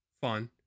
fun